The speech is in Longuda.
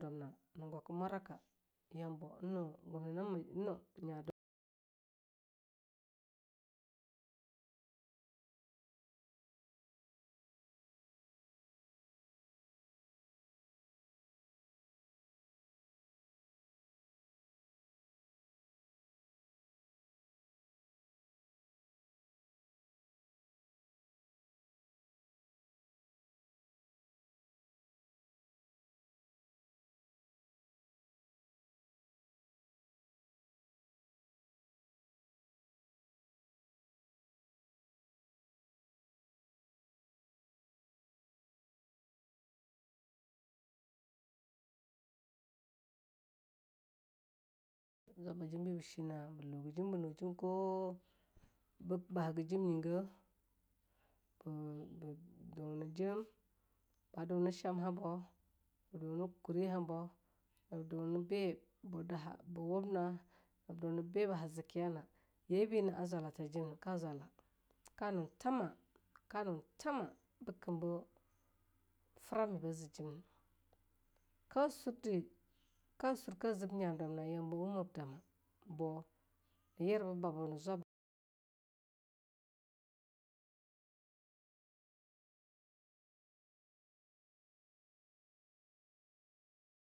Dwamna na gwaka mwara ka zwab ba jim biba shina'a luga jim ba nu jim ko ba haga jim nyega duna jem, ba dina shamha bo, ba duna kuri habo nab duna biba daha ba wub na nab duna biba ha ziki yana yebi na'a zwala tha jim na ka zwala, ka nun thank, ka nun thama bikam bu frami ba zi jim na, ka surdi, ka sun ka zib nya dwamna yambo wumib dama yirbi ba bo na zwaba.